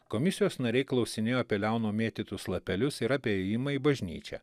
komisijos nariai klausinėjo apie leono mėtytus lapelius ir apie ėjimą į bažnyčią